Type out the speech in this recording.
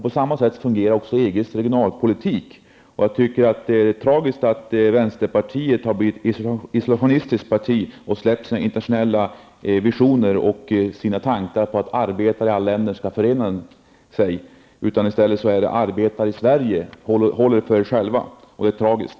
På samma sätt fungerar även EGs regionalpolitik. Det är tragiskt att vänsterpartiet har blivit ett isolationistiskt parti och släppt sina internationella visioner och sina tankar på att arbetare i alla länder skall förena sig. I stället menar Karl-Erik Persson att arbetare i Sverige skall hålla sig för sig själva. Det är tragiskt.